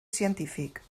científic